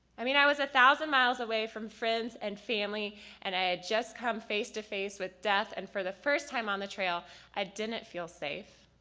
i mean i was a thousand miles away from friends and family and i had just come face to face with death and for the first time on the trail i didn't feel safe.